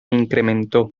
incrementó